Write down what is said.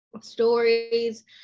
stories